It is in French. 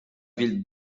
ville